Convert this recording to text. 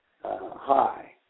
high